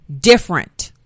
different